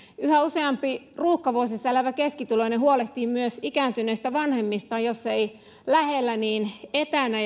yhä useampi ruuhkavuosissa elävä keskituloinen huolehtii myös ikääntyneistä vanhemmistaan jos ei lähellä niin etänä